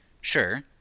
Sure